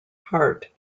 heart